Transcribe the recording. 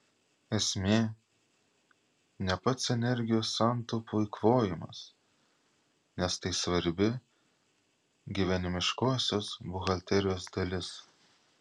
esmė ne pats energijos santaupų eikvojimas nes tai svarbi gyvenimiškosios buhalterijos dalis